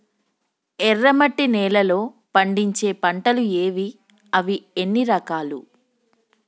ఎర్రమట్టి నేలలో పండించే పంటలు ఏవి? అవి ఎన్ని రకాలు?